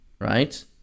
right